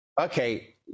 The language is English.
okay